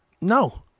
No